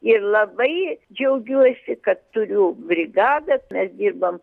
ir labai džiaugiuosi kad turiu brigadą mes dirbam